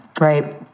right